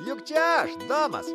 juk čia aš domas